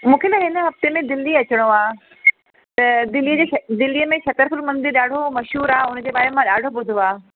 मूंखे न हिन हफ़्ते में दिल्ली अचिणो आहे त दिल्लीअ जी शइ दिल्लीअ में छतरपुर मंदरु ॾाढो मशहूरु आहे हुन जे बारे में मां ॾाढो ॿुधो आहे